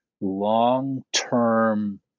long-term